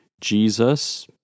Jesus